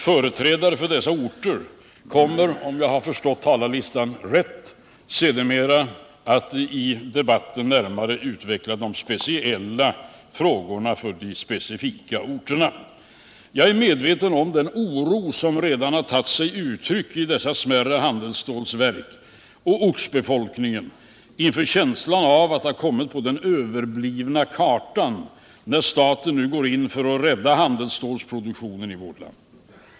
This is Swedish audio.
Företrädare för de ifrågavarande orterna kommer, om jag har förstått talarlistan rätt, att längre fram i debatten närmare beröra de speciella frågorna för de specifika orterna. Jag är medveten om den oro som redan har tagit sig uttryck i dessa smärre handelsstålverk och inom ortsbefolkningen inför känslan av att ha kommit på den överblivna kartan, där staten nu går in för att rädda handelsstålsproduktionen i vårt land.